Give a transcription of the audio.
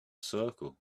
circle